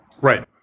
Right